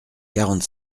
quarante